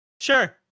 Sure